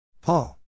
Paul